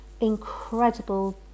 incredible